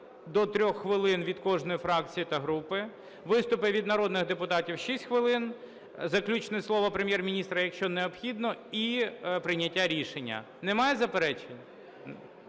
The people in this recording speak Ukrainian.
до 3 хвилин від кожної фракція та групи; виступи від народних депутатів – 6 хвилин; заключне слово Прем'єр-міністра, якщо необхідно, і прийняття рішення. Немає заперечень?